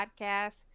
podcast